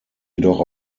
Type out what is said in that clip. jedoch